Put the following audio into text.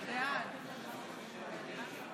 (קוראת בשמות חברי הכנסת)